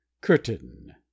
Curtain